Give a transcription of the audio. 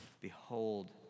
Behold